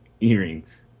earrings